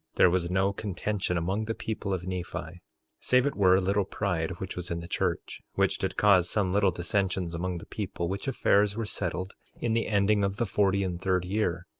there was no contention among the people of nephi save it were a little pride which was in the church, which did cause some little dissensions among the people, which affairs were settled in the ending of the forty and third year.